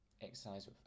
exercise